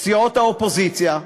סיעות האופוזיציה,